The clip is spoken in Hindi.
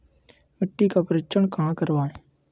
मिट्टी का परीक्षण कहाँ करवाएँ?